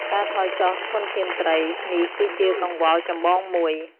ការថយចុះធនធានត្រី នេះគឺជាកង្វល់ចម្បងមួយ។